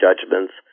judgments